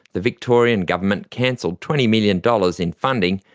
the victorian government cancelled twenty million dollars in funding,